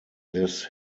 this